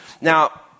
Now